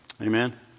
Amen